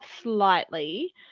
slightly